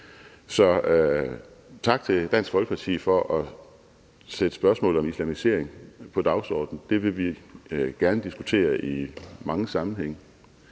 Så tak til Dansk Folkeparti for at sætte spørgsmål om islamisering på dagsordenen, det vil vi gerne diskutere i mange sammenhænge,